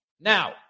Now